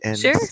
Sure